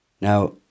Now